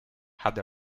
had